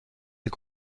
ses